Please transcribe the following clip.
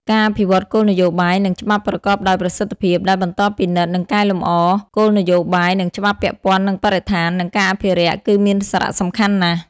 ការអភិវឌ្ឍគោលនយោបាយ និងច្បាប់ប្រកបដោយប្រសិទ្ធភាព ដោយបន្តពិនិត្យ និងកែលម្អគោលនយោបាយ និងច្បាប់ពាក់ព័ន្ធនឹងបរិស្ថាន និងការអភិរក្ស គឺមានសារៈសំខាន់ណាស់។